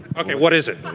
what is it.